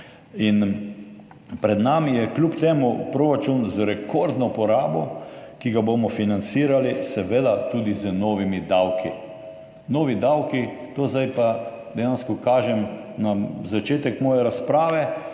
pred nami je kljub temu proračun z rekordno porabo, ki ga bomo financirali seveda tudi z novimi davki. Novi davki, to zdaj pa dejansko kažem na začetek moje razprave,